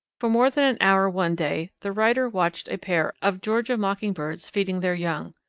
for more than an hour one day the writer watched a pair of georgia mockingbirds feeding their young.